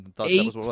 Eight